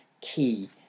key